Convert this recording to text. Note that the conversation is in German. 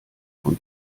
von